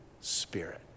Spirit